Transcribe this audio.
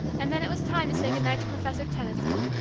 and then it was time to say good-night to professor tenison.